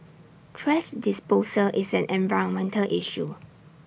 thrash disposal is an environmental issue